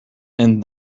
and